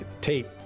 tape